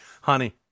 honey